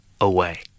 away